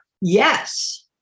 Yes